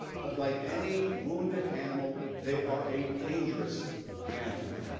but like any wounded animal, they are a dangerous animal.